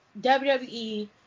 WWE